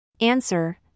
Answer